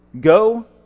go